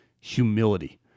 humility